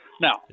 Now